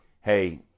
Hey